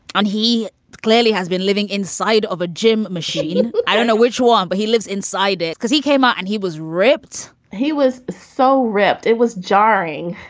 and he clearly has been living inside of a gym machine. i don't know which one, but he lives inside it because he came out and he was ripped he was so ripped. it was jarring,